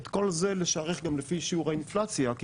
ואת כל זה לשערך גם לפי שיעורי אינפלציה כי